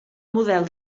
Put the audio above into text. model